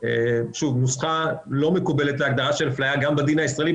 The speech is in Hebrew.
שזו נוסחה לא מקובלת להגדרה של אפליה גם בדין הישראלי,